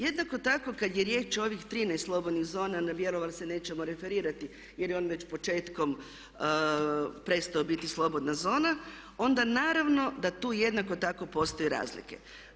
Jednako tako kad je riječ o ovih 13 slobodnih zona, na Bjelovar se nećemo referirati jer je on već početkom prestao biti slobodna zona, onda naravno da tu jednako tako postoje razlike.